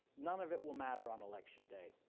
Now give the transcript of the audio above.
none of it will matter on election day,